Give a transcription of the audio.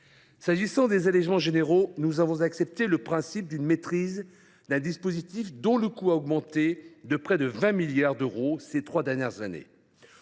concernant les allégements généraux, nous avons accepté le principe d’une maîtrise d’un dispositif dont le coût a augmenté de près de 20 milliards d’euros ces trois dernières années.